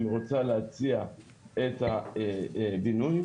היא רוצה להציע את הבינוי,